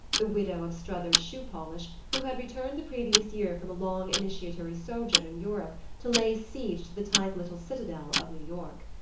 the widow of struthers's shoe-polish, who had returned the previous year from a long initiatory sojourn in europe to lay siege to the tight little citadel of new york.